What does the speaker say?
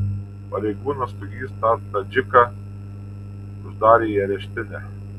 pareigūnas stugys tą tadžiką uždarė į areštinę